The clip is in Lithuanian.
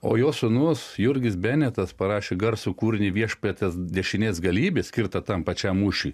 o jo sūnus jurgis benetas parašė garsų kūrinį viešpaties dešinės galybė skirtą tam pačiam mūšiui